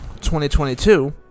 2022